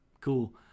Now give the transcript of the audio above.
Cool